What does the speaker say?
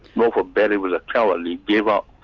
wilfred berry was a coward and he gave up.